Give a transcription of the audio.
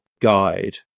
guide